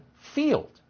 field